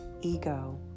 Ego